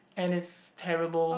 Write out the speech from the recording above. and it's terrible